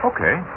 Okay